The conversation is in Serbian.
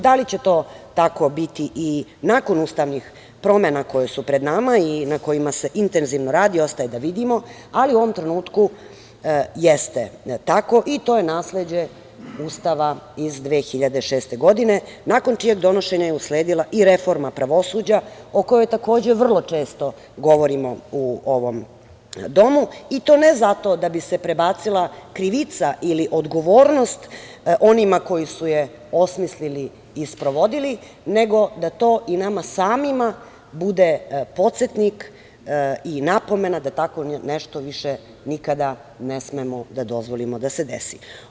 Da li će to tako biti i nakon ustavnih promena koje su pred nama i na kojima se intenzivno radi ostaje da vidimo, ali u ovom trenutku jeste tako i to je nasleđe Ustava iz 2006. godine, nakon čijeg donošenja je usledila i reforma pravosuđa, o kojoj takođe vrlo često govorimo u ovom domu, i to ne zato da bi se prebacila krivica ili odgovornost onima koji su je osmislili i sprovodili, nego da to i nama samima bude podsetnik i napomena da tako nešto više nikada ne smemo da dozvolimo da se desi.